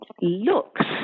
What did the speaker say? looks